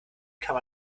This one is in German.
kann